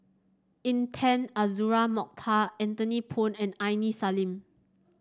Intan Azura Mokhtar Anthony Poon and Aini Salim